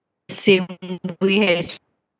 same way as